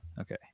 Okay